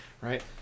right